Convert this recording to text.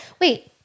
Wait